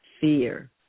fear